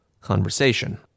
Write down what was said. conversation